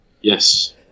yes